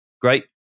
Great